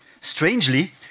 Strangely